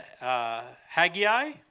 Haggai